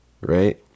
Right